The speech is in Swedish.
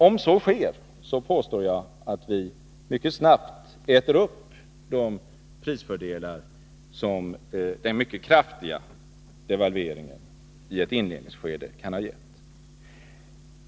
Om så sker, kommer det att mycket snabbt äta upp de prisfördelar som den mycket kraftiga devalveringen i ett inledningsskede kan ha gett.